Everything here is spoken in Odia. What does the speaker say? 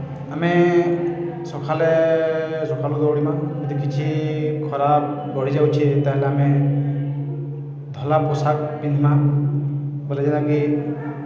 ଆମେ ସଖାଳେ ସଖାଳୁ ଦୌଡ଼ିମା ଯଦି କିଛି ଖରା ବଢ଼ିଯାଉଛେ ତା'ହେଲେ ଆମେ ଧଲା ପୋଷାକ୍ ପିନ୍ଧ୍ମା ବୋଲେ ଯେନ୍ଟାକି